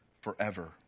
forever